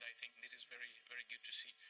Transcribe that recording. think this is very very good to see.